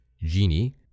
genie